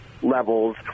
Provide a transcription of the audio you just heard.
Levels